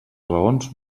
raons